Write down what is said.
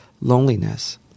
loneliness